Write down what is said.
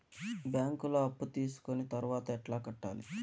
బ్యాంకులో అప్పు తీసుకొని తర్వాత ఎట్లా కట్టాలి?